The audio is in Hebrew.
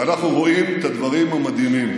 אנחנו רואים את הדברים המדהימים: